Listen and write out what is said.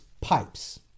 pipes